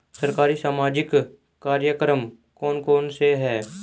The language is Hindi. सरकारी सामाजिक कार्यक्रम कौन कौन से हैं?